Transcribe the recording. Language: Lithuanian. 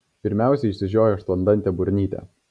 pirmiausia išsižioja aštuondantė burnytė